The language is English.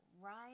Right